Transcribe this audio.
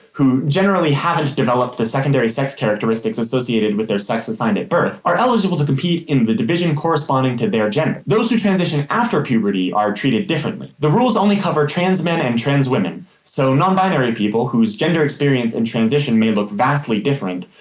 who generally have not developed the secondary sex characteristics associated with their sex assigned at birth, are eligible to compete in the division corresponding to their gender. those who transition after puberty are treated differently. the rules only cover trans men and women, so non-binary people, whose gender experience and transition may look vastly different,